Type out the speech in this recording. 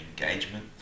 engagement